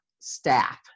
staff